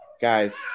Guys